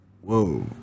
Whoa